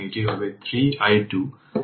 এটি t 0 এর জন্য ইনিশিয়াল সুইচটি ওপেন হবে